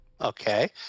Okay